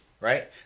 right